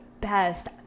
best